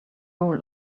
rule